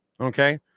Okay